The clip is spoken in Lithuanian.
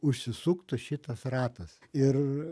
užsisuktų šitas ratas ir